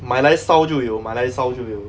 买来烧就有烧就有